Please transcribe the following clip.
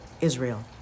Israel